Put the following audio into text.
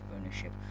ownership